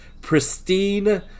pristine